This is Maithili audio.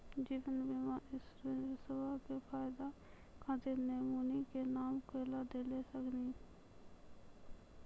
जीवन बीमा इंश्योरेंसबा के फायदा खातिर नोमिनी के नाम केकरा दे सकिनी?